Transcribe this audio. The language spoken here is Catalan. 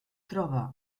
troba